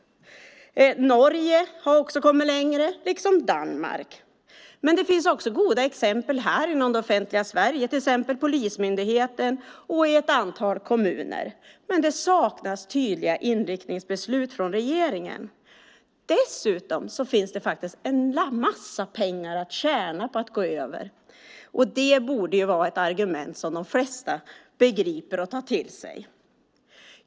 Norge har också kommit längre liksom Danmark. Det finns också goda exempel inom det offentliga Sverige, till exempel polismyndigheten och ett antal kommuner. Men det saknas tydliga inriktningsbeslut från regeringen. Dessutom finns det en massa pengar att tjäna på att gå över, och det borde vara ett argument som de flesta begriper och tar till sig.